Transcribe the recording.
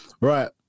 Right